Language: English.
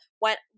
went